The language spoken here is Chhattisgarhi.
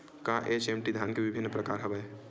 का एच.एम.टी धान के विभिन्र प्रकार हवय?